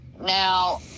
Now